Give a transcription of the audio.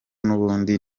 n’ubundi